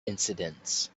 incidents